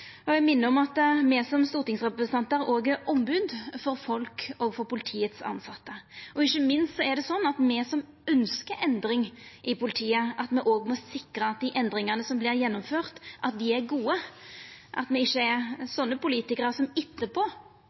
Eg vil minna om at me som stortingsrepresentantar òg er ombod for folk og for politiets tilsette. Ikkje minst er det sånn at me som ønskjer endring i politiet, òg må sikra at dei endringane som vert gjennomførte, er gode, og at me ikkje er sånne politikarar som etterpå,